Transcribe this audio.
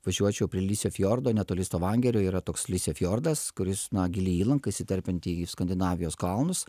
važiuočiau prie lisse fiordo netoli stavangerio yra toks lisse fiordas kuris na gili įlanka įsiterpianti į skandinavijos kalnus